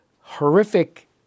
horrific